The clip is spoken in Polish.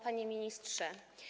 Panie Ministrze!